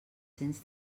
cents